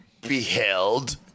beheld